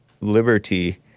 Liberty